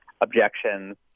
objections